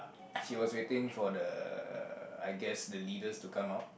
she was waiting for the uh I guess the leaders to come out